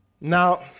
Now